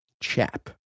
chap